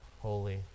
holy